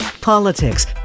politics